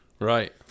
Right